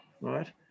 Right